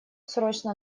срочно